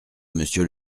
monsieur